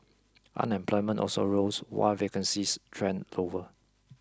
unemployment also rose while vacancies trended lower